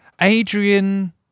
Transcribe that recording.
Adrian